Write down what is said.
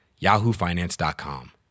yahoofinance.com